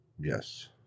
Yes